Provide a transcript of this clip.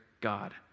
God